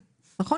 נכון?